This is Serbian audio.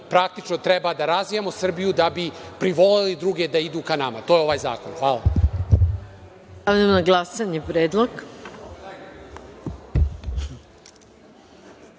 praktično treba da razvijamo Srbiju da bi privoleli druge da idu ka nama. To je ovaj zakon. Hvala.